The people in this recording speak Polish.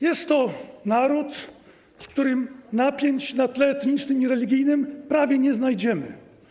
Jest to naród, z którym napięć na tle etnicznym i religijnym prawie nie znajdziemy.